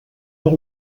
del